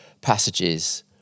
passages